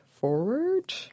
forward